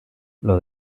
los